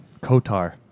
Kotar